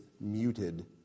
muted